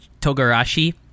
Togarashi